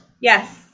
Yes